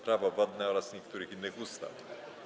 Prawo wodne oraz niektórych innych ustaw.